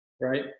Right